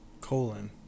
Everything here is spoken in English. Colon